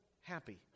happy